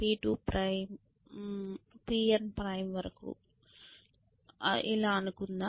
Pn′ prime అని అనుకుంటాము